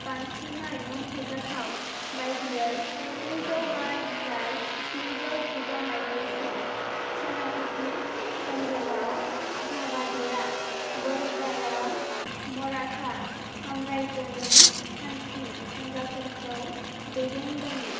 बांसिनै मुंख'जाथाव बायदियै स्निजौबानिफ्राय स्निजौजिद मायथाइसिम सेनापति खनडेराव दाभाडेआ बड़दायाव मराठा सामराय्जोनि सान्थ्रि हानजाफोरखौ दैदेनदों मोन